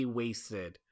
wasted